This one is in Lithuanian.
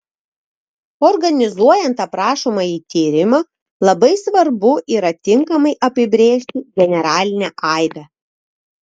organizuojant aprašomąjį tyrimą labai svarbu yra tinkamai apibrėžti generalinę aibę